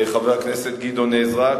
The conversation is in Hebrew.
חבר הכנסת גדעון עזרא,